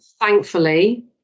Thankfully